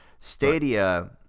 Stadia